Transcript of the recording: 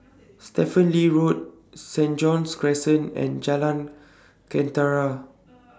Stephen Lee Road Saint John's Crescent and Jalan